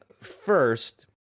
first